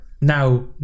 Now